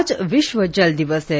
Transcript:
आज विश्व जल दिवस है